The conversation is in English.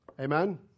Amen